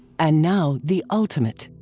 and now the ultimate!